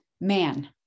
man